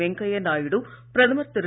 வெங்கய்யா நாயுடு பிரதமர் திரு